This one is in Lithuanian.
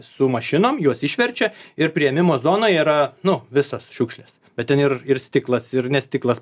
su mašinom juos išverčia ir priėmimo zonoj yra nu visos šiukšlės bet ten ir ir stiklas ir nes stiklas